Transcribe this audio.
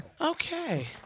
Okay